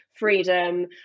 Freedom